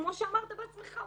כמו שאמרת בעצמך,